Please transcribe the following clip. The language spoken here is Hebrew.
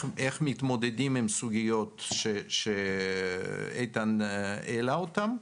מתמודדים עם הסוגיות שאיתן העלה אותם.